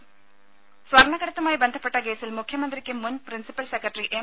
രുമ സ്വർണ്ണക്കടത്തുമായി ബന്ധപ്പെട്ട കേസിൽ മുഖ്യമന്ത്രിക്കും മുൻ പ്രിൻസിപ്പൽ സെക്രട്ടറി എം